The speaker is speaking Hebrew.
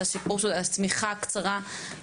שלמרות סיפור ״השמיכה הקצרה״,